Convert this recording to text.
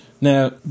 Now